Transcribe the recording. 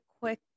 quick